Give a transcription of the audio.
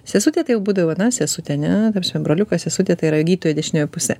sesutė tai jau būdavo na sesutė ne ta prasme broliukas sesutė tai yra gydytojo dešinioji pusė